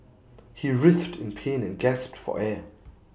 he writhed in pain and gasped for air